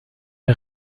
est